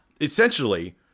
Essentially